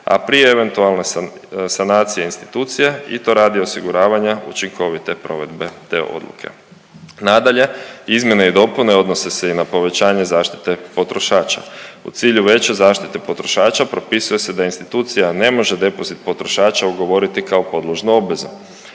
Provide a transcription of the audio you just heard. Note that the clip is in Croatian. a prije eventualne sanacije institucije i to radi osiguravanja učinkovite provedbe te odluke. Nadalje, izmjene i dopune odnose se i na povećanje zaštite potrošača. U cilju veće zaštite potrošača propisuje se da institucija ne može depozit potrošača ugovoriti kao podložnu obvezu.